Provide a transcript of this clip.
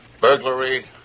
Burglary